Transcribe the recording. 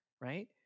right